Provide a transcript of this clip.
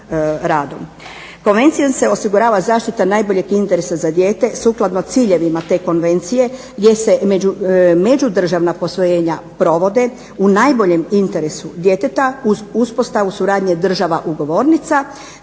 Konvencijom se osigurava zaštita najboljeg interesa za dijete sukladno ciljevima te konvencije gdje se međudržavna posvojenja provode u najboljem interesu djeteta uz uspostavu suradnje država ugovornica